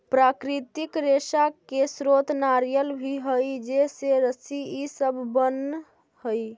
प्राकृतिक रेशा के स्रोत नारियल भी हई जेसे रस्सी इ सब बनऽ हई